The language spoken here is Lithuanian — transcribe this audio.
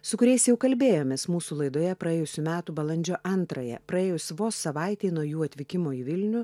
su kuriais jau kalbėjomės mūsų laidoje praėjusių metų balandžio antrąją praėjus vos savaitei nuo jų atvykimo į vilnių